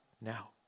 now